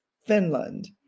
Finland